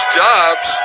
jobs